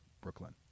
Brooklyn